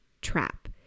trap